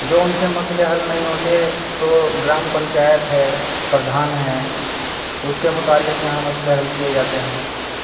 جو ان سے مسئلے حل نہیں ہوتے تو گرام پنچایت ہے پردھان ہے اس کے متعلق یہاں مسئلے حل کیے جاتے ہیں